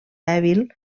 dèbil